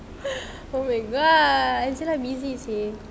oh my god lah you see lah busy seh